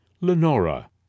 Lenora